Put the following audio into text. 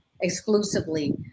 exclusively